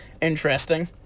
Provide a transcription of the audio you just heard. interesting